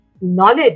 knowledge